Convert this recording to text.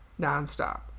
Nonstop